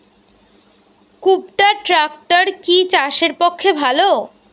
কুবটার ট্রাকটার কি চাষের পক্ষে ভালো?